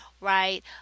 right